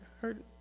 heard